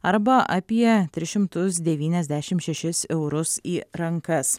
arba apie tris šimtus devyniasdešim šešis eurus į rankas